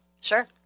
Sure